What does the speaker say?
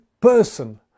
person